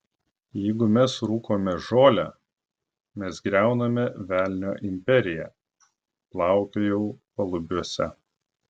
jeigu mes rūkome žolę mes griauname velnio imperiją plaukiojau palubiuose